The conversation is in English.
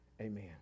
Amen